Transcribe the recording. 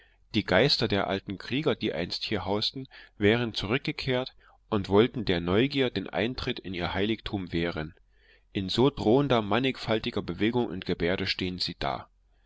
die geister der alten krieger die einst hier hausten wären zurückgekehrt und wollten der neugier den eintritt in ihr heiligtum wehren in so drohender mannigfaltiger bewegung und gebärde stehen sie da